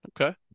Okay